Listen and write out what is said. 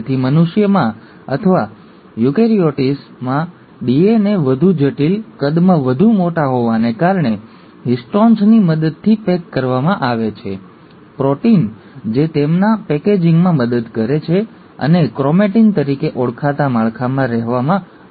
તેથી મનુષ્યમાં અથવા યુકેરીયોટ્સમાં ડીએનએ વધુ જટિલ કદમાં વધુ મોટા હોવાને કારણે હિસ્ટોન્સની મદદથી પેક કરવામાં આવે છે પ્રોટીન જે તેમના પેકેજિંગમાં મદદ કરે છે અને ક્રોમેટિન તરીકે ઓળખાતા માળખામાં રાખવામાં મદદ કરે છે